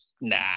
nah